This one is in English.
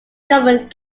government